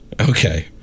Okay